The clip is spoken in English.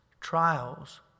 Trials